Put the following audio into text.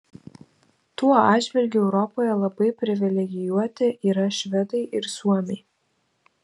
tuo atžvilgiu europoje labai privilegijuoti yra švedai ir suomiai